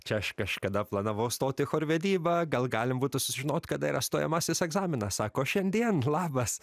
čia aš kažkada planavau stot į chorvedybą gal galim būtų sužinot kada yra stojamasis egzaminas sako šiandien labas